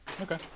Okay